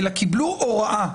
אלא קיבלו הוראה,